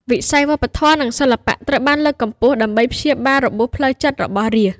វិស័យវប្បធម៌ និងសិល្បៈត្រូវបានលើកកម្ពស់ដើម្បីព្យាបាលរបួសផ្លូវចិត្តរបស់រាស្ត្រ។